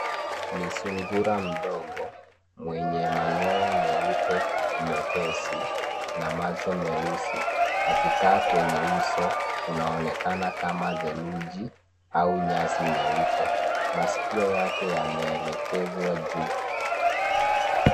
Ni sungura mdogo mwenye manyoya meupe mepesi na macho meusi akikaa kwenye uso unaonekana kama theluji au nyasi nyeupe masikio yake yameelekezwa juu